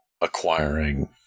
acquiring